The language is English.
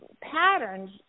patterns